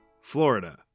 Florida